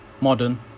modern